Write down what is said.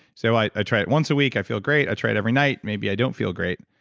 so i i try it once a week, i feel great. i try it every night, maybe i don't feel great.